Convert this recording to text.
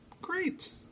Great